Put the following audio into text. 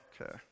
Okay